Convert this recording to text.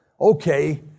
Okay